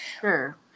Sure